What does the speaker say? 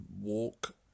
walk